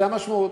זאת המשמעות.